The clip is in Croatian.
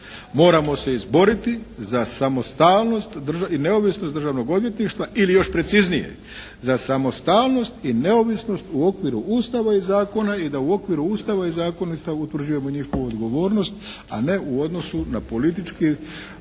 moramo se izboriti za samostalnost i neovisnost Državnog odvjetništva, ili još preciznije za samostalnost i neovisnost u okviru Ustava i zakona i da u okviru Ustava i zakona …/Govornik se ne razumije./… utvrđujemo njihovu odgovornost a ne u odnosu na politički